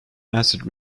acid